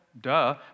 duh